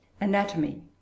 Anatomy